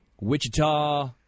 Wichita